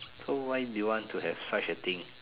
so why do you want to have such a thing